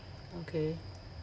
okay